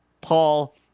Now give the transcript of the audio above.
Paul